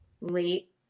late